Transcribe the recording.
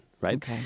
right